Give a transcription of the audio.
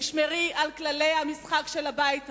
תשמרי על כללי המשחק של הבית הזה.